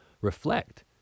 reflect